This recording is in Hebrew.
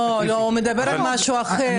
לא, הוא מדבר על משהו אחר.